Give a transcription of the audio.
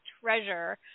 treasure